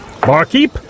Barkeep